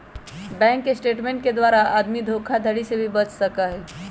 bank statement के द्वारा आदमी धोखाधडी से भी बच सका हई